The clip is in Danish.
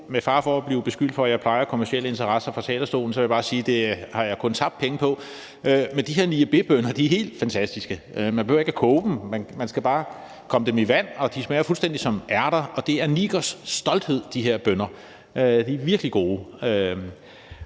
med fare for nu at blive beskyldt for, at jeg plejer kommercielle interesser fra talerstolen, vil jeg bare sige, at det har jeg kun tabt penge på. Men de her niébébønner er helt fantastiske. Man behøver ikke at koge dem; man skal bare komme dem i vand. De smager fuldstændig som ærter. Og de her bønner er Nigers stolthed; de er virkelig gode.